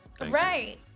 Right